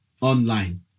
online